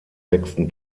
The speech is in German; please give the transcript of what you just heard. sechsten